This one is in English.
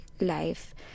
life